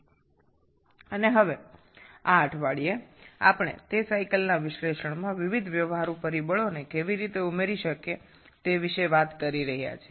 এবং এখন এই সপ্তাহে আমরা কীভাবে সেই চক্রগুলির বিশ্লেষণে বিভিন্ন ব্যবহারিক উপাদান যুক্ত করতে পারি সে সম্পর্কে কথা বলছি